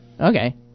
okay